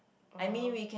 uh [huh]